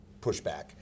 pushback